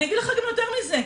אני אגיד לכם גם יותר מזה,